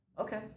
Okay